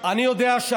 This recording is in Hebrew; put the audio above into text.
אני לא יודע מה ילד יום.